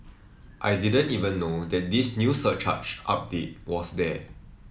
I didn't even know that this new surcharge update was there